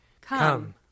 Come